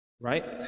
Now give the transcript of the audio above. right